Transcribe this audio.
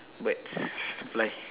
birds fly